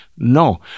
No